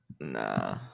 nah